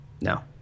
no